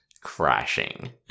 crashing